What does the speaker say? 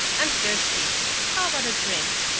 i'm thirsty how about a drink?